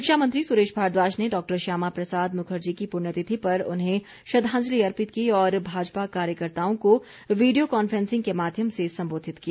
शिक्षा मंत्री सुरेश भारद्वाज ने डॉक्टर श्यामा प्रसाद मुखर्जी की पुण्यतिथि पर उन्हें श्रद्वांजलि अर्पित की और भाजपा कार्यकर्ताओं को वीडियो कांफ्रेंसिंग के माध्यम से सम्बोधित किया